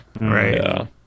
Right